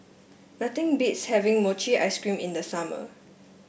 nothing beats having Mochi Ice Cream in the summer